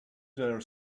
their